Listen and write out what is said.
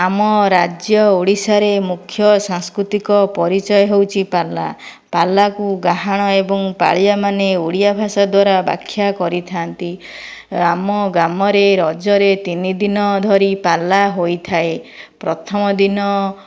ଆମ ରାଜ୍ୟ ଓଡ଼ିଶାରେ ମୁଖ୍ୟ ସାଂସ୍କୃତିକ ପରିଚୟ ହେଉଛି ପାଲା ପାଲାକୁ ଗାହାଣ ଏବଂ ପାଳିଆମାନେ ଓଡିଆ ଭାଷା ଦ୍ଵାରା ବ୍ୟାଖ୍ୟା କରିଥାନ୍ତି ଆମ ଗ୍ରାମରେ ରଜରେ ତିନିଦିନ ଧରି ପାଲା ହୋଇଥାଏ ପ୍ରଥମ ଦିନ